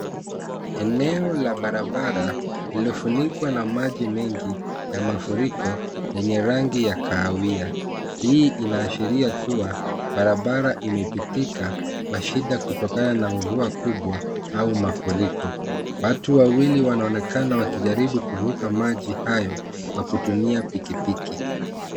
Eneo la barabara lililofunikwa na maji mengi ya mafuriko yenye rangi ya kahawia. Hii inaashiria kuwa barabara imepitika na shida kutokana na mvua kubwa au mafuriko. Watu wawili wanaonekana wakijaribu kuvuka maji hayo kwa kutumia pikipiki.